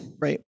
Right